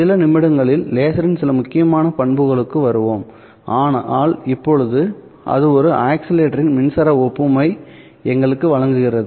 சில நிமிடங்களில் லேசரின் சில முக்கியமான பண்புகளுக்கு வருவோம் ஆனால் இப்போது அது ஒரு ஆஸிலேட்டரின் மின்சார ஒப்புமையை எங்களுக்கு வழங்குகிறது